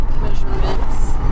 measurements